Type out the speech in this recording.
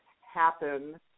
happen